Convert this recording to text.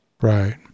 Right